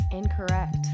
incorrect